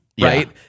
right